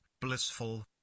blissful